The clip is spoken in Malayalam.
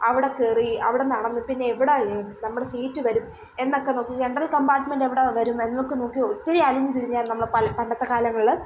അവിടെക്കേറി അവിടെ നടന്ന് പിന്നെ എവിടാ നമ്മുടെ സീറ്റ് വരും എന്നൊക്കെ നോക്കി ജനറൽ കമ്പാർട്ട്മെൻ്റ് എവിടെ വരും എന്നൊക്കെ നോക്കി ഒത്തിരി അലഞ്ഞ് തിരിഞ്ഞാണ് നമ്മൾ പല പണ്ടത്തെ കാലങ്ങളിൽ